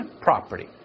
property